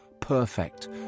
perfect